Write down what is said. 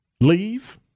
Leave